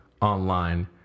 online